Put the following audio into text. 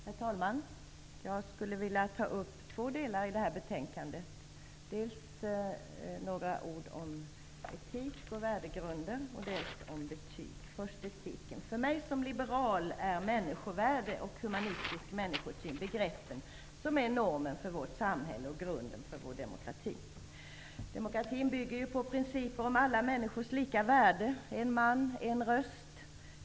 Herr talman! Jag skulle vilja ta upp två delar i det här betänkandet, dels några ord om etik och värdegrund, dels om betyg. För mig som liberal är människovärde och humanistisk människosyn begrepp som utgör normen för vårt samhälle och grunden för vår demokrati. Demokratin bygger ju på principen om alla människors lika värde. En man, en röst.